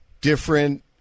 different